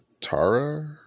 Tara